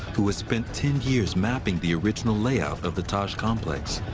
who has spent ten years mapping the original layout of the taj complex.